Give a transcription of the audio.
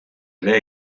ere